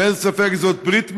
ואין ספק שזאת ברית מיוחדת.